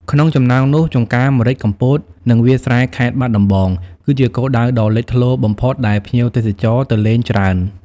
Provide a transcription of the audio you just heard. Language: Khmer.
ក្នុងចំណោមនោះ ចម្ការម្រេចកំពត និងវាលស្រែខេត្តបាត់ដំបង គឺជាគោលដៅដ៏លេចធ្លោបំផុតដែលភ្ញៀវទេសចរណ៍ទៅលេងច្រើន ។